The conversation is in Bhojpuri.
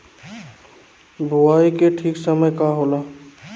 बुआई के ठीक समय का होला?